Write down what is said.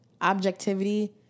objectivity